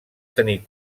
tenir